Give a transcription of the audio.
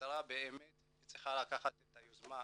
שהמשטרה באמת צריכה לקחת את היוזמה.